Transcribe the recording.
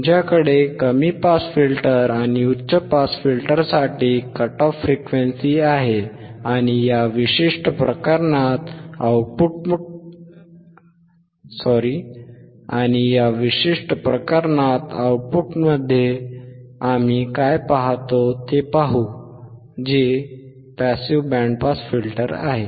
तुमच्याकडे कमी pass filter आणि उच्च पास फिल्टरसाठी कट ऑफ फ्रिक्वेन्सी आहे आणि या विशिष्ट प्रकरणात आउटपुटमध्ये आम्ही काय पाहतो ते पाहू जे पॅसिव्ह बँड पास फिल्टर आहे